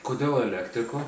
kodėl elektriku